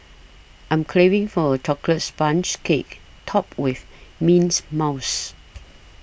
I am craving for a Chocolate Sponge Cake Topped with Mint Mousse